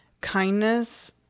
kindness